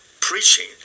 preaching